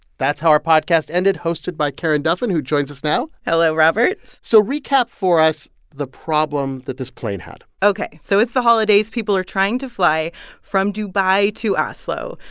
that's how our podcast ended, hosted by karen duffin, who joins us now hello, robert so recap for us the problem that this plane had ok, so it's the holidays. people are trying to fly from dubai to oslo.